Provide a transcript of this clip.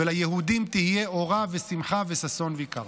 וליהודים תהיה אורה ושמחה וששון ויקר.